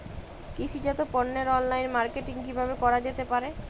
কৃষিজাত পণ্যের online marketing কিভাবে করা যেতে পারে?